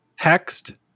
hexed